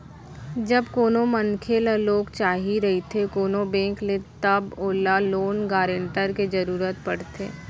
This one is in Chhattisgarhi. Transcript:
जब कोनो मनखे ल लोन चाही रहिथे कोनो बेंक ले तब ओला लोन गारेंटर के जरुरत पड़थे